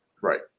Right